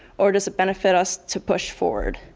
or does it benefit us to push forward?